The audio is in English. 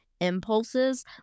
impulses